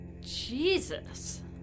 Jesus